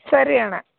ಸರಿಯಣ್ಣ